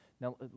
Now